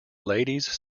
ladies